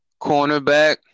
cornerback